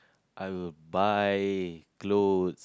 I would buy clothes